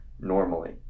normally